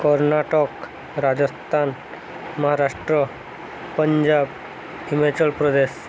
Karnataka Rajasthan Maharashtra Punjab Himachal Pradesh